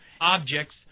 objects